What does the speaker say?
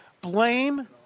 Blame